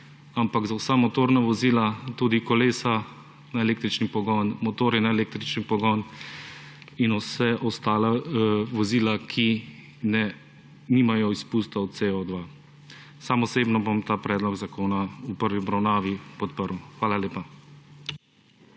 temveč za vsa motorna vozila, tudi kolesa na električni pogon, motorje na električni pogon in vsa ostala vozila, ki nimajo izpustov CO2. Sam osebno bom ta predlog zakona v prvi obravnavi podprl. Hvala lepa.